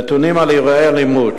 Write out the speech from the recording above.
נתונים על אירועי אלימות,